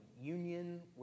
union